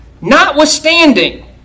Notwithstanding